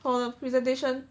你懂 the presentation